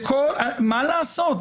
מה לעשות,